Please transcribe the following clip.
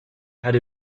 had